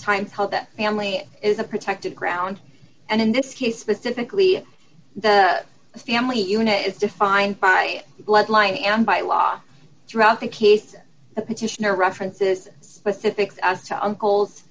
times held that family is a protected ground and in this case specifically the family unit is defined by the bloodline and by law throughout the case the petitioner references specifics as to uncles